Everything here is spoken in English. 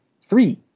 three